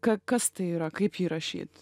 ka kas tai yra kaip jį rašyt